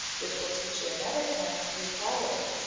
which will teach you another time to be provident,